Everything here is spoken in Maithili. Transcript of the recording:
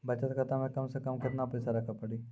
बचत खाता मे कम से कम केतना पैसा रखे पड़ी?